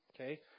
okay